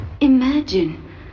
Imagine